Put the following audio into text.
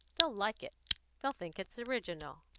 they'll like it they'll think it's original.